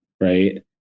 right